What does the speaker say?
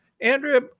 Andrea